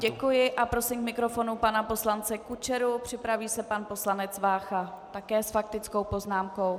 Děkuji a prosím k mikrofonu pana poslance Kučeru, připraví se pan poslanec Vácha také s faktickou poznámkou.